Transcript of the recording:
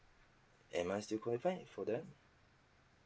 am I still qualify for that